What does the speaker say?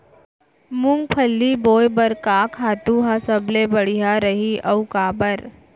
मूंगफली बोए बर का खातू ह सबले बढ़िया रही, अऊ काबर?